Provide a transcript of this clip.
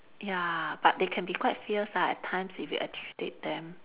ya but they can be quite fierce ah at times if you agitate them